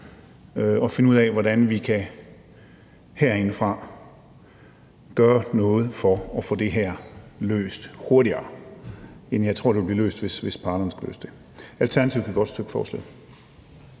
finde ud af, hvordan vi herindefra kan gøre noget for at få det her løst hurtigere, end jeg tror det vil blive løst, hvis parterne skulle løse det. Alternativet kan godt støtte forslaget.